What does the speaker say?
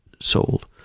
sold